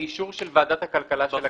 ואישור של ועדת הכלכלה של הכנסת.